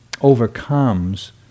overcomes